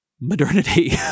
modernity